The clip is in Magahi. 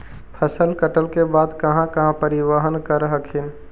फसल कटल के बाद कहा कहा परिबहन कर हखिन?